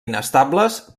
inestables